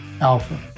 alpha